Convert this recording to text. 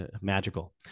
magical